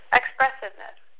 expressiveness